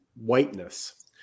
whiteness